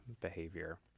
behavior